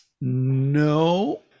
No